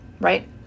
right